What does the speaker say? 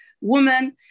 woman